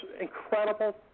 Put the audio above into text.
incredible